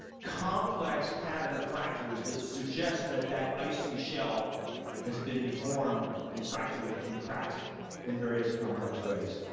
complex pattern of fractures that suggests that that icy shell has been deformed and fractured and cracked in various complex ways.